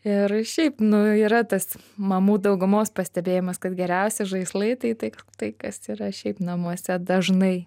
ir šiaip nu yra tas mamų daugumos pastebėjimas kad geriausi žaislai tai tai tai kas yra šiaip namuose dažnai